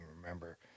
remember